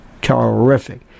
terrific